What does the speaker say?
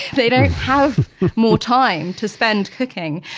they don't have more time to spend cooking.